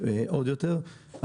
עוד יותר.